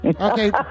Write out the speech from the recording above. okay